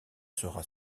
sera